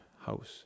house